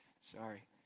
Sorry